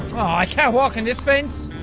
aah, i can't walk on this fence?